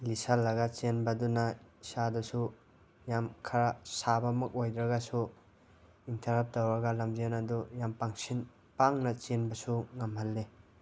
ꯂꯤꯠꯁꯜꯂꯒ ꯆꯦꯟꯕꯗꯨꯅ ꯏꯁꯥꯗꯁꯨ ꯌꯥꯝ ꯈꯔ ꯁꯥꯕꯃꯛ ꯑꯣꯏꯗ꯭ꯔꯒꯁꯨ ꯏꯪꯊꯔꯞ ꯇꯧꯔꯒ ꯂꯝꯖꯦꯜ ꯑꯗꯨ ꯌꯥꯝ ꯄꯥꯡꯁꯤꯟ ꯄꯥꯡꯅ ꯆꯦꯟꯕꯁꯨ ꯉꯝꯍꯜꯂꯤ